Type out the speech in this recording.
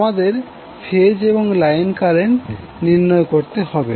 আমাদের ফেজ এবং line current নির্নয় করতে হবে